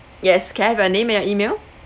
yes can I have your name and your email